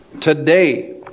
Today